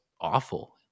awful